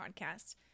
podcast